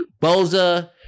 Boza